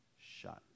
shut